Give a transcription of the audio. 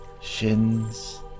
shins